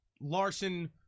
larson